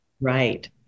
Right